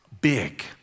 big